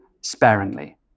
sparingly